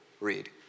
read